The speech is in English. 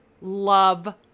love